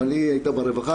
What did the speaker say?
אבל היא הייתה ברווחה.